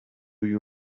you